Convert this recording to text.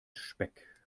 speck